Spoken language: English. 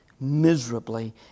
miserably